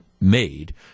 made